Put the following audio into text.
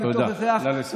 נא לסיים.